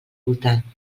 voltant